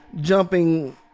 jumping